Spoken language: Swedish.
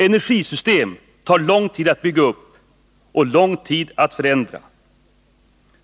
Energisystem tar lång tid att bygga upp och lång tid att förändra.